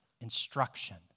instruction